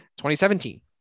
2017